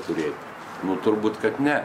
turėti nu turbūt kad ne